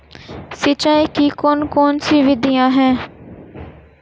सिंचाई की कौन कौन सी विधियां हैं?